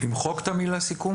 למחוק את המילה "סיכום"?